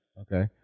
Okay